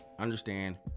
understand